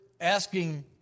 asking